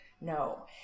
No